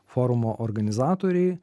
forumo organizatoriai